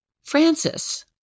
Francis